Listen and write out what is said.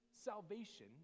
salvation